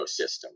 ecosystem